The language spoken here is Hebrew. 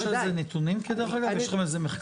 יש על זה נתונים, דרך אגב?